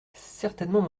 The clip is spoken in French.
certainement